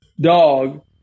dog